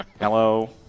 Hello